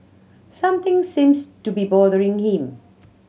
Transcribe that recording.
something seems to be bothering him